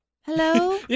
hello